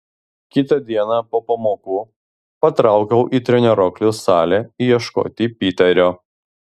kitą dieną po pamokų patraukiau į treniruoklių salę ieškoti piterio